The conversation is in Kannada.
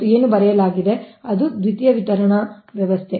ಮತ್ತು ಏನೋ ಬರೆಯಲಾಗಿದೆ ದ್ವಿತೀಯ ವಿತರಣಾ ವ್ಯವಸ್ಥೆ